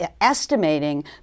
estimating